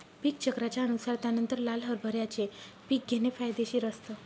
पीक चक्राच्या अनुसार त्यानंतर लाल हरभऱ्याचे पीक घेणे फायदेशीर असतं